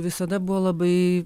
visada buvo labai